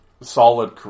solid